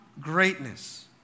greatness